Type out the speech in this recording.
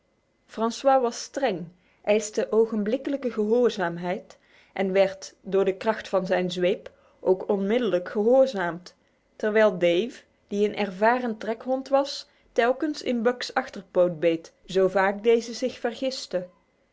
francois was streng eiste ogenblikkelijke gehoorzaamheid en werd door de kracht van zijn zweep ook onmiddellijk gehorzamd twijldvenratkhodws telkens in buck's achterpoot beet zo vaak deze zich